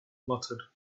muttered